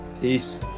Peace